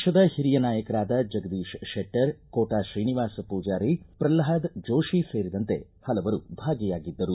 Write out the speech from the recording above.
ಪಕ್ಷದ ಹಿರಿಯ ನಾಯಕರಾದ ಜಗದೀಶ್ ಶೆಟ್ವರ್ ಕೋಟಾ ಶ್ರೀನಿವಾಸ್ ಪೂಜಾರಿ ಪ್ರಲ್ನಾದ್ ಜೋಶಿ ಸೇರಿದಂತೆ ಹಲವರು ಭಾಗಿಯಾಗಿದ್ದರು